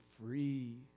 free